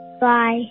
Bye